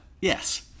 Yes